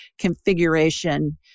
configuration